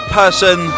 person